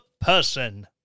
person